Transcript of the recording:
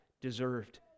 deserved